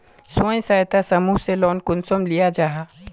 स्वयं सहायता समूह से लोन कुंसम लिया जाहा?